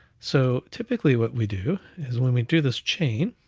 so typically what we do is when we do this chain,